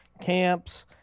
camps